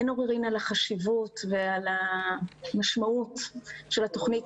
אין עוררין על החשיבות ועל המשמעות של התוכנית